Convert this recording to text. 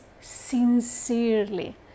sincerely